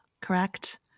correct